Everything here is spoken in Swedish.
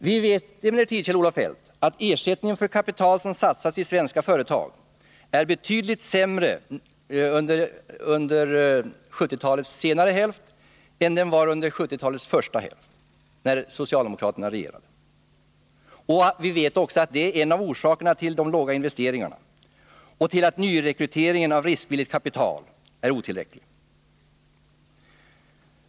Vi vet emellertid, Kjell-Olof Feldt, att ersättningen för kapital som satsats i svenska företag är betydligt sämre under 1970-talets senare hälft än den var under 1970-talets första hälft, när socialdemokraterna regerade. Vi vet också att detta är en av orsakerna till de låga investeringarna och till att nyrekryteringen av riskvilligt kapital är otillräcklig.